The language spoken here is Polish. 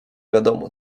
wiadomo